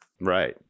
right